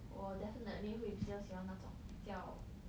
我 definitely 会比较喜欢那种比较